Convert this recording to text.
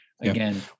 again